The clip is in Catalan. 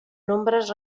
nombres